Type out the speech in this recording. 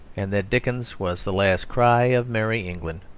and that dickens was the last cry of merry england.